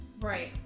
Right